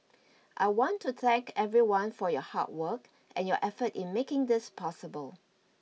I want to thank everyone for your hard work and your effort in making this possible